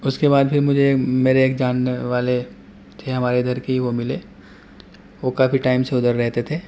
اس کے بعد پھر مجھے میرے ایک جاننے والے تھے ہمارے ادھر کے ہی وہ ملے وہ کافی ٹائم سے ادھر رہتے تھے